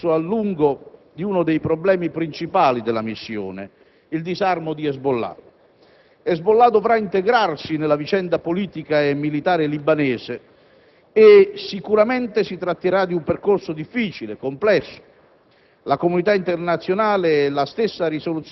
Durante il dibattito in Commissione difesa si è discusso a lungo di uno dei problemi principali della missione, il disarmo di Hezbollah. Hezbollahdovrà integrarsi nella vicenda politica e militare libanese e si tratterà sicuramente di un percorso difficile e complesso.